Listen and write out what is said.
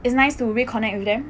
it's nice to reconnect with them